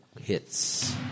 Hits